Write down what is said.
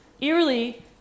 eerily